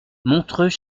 montreux